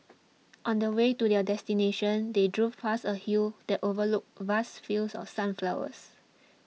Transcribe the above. on the way to their destination they drove past a hill that overlooked vast fields of sunflowers